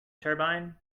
turbine